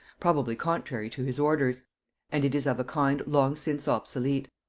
probably contrary to his orders and it is of a kind long since obsolete.